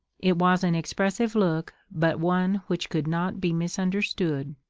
it was an expressive look, but one which could not be misunderstood.